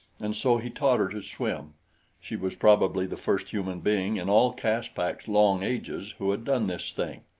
and so he taught her to swim she was probably the first human being in all caspak's long ages who had done this thing.